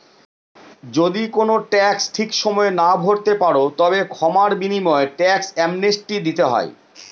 যদি কোনো ট্যাক্স ঠিক সময়ে না ভরতে পারো, তবে ক্ষমার বিনিময়ে ট্যাক্স অ্যামনেস্টি দিতে হয়